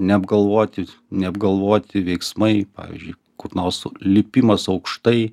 neapgalvoti neapgalvoti veiksmai pavyzdžiui kur nors lipimas aukštai